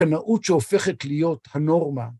בנאות שהופכת להיות הנורמה.